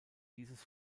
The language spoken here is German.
dieses